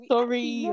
Sorry